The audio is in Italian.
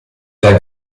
dal